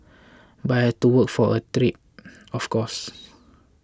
but I had to work for of course